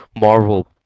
Marvel